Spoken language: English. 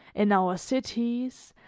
in our cities,